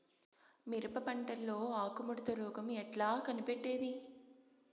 మిరప పంటలో ఆకు ముడత రోగం ఎట్లా కనిపెట్టేది?